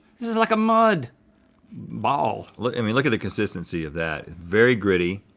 this is like a mud ball. look i mean look at the consistency of that. very gritty.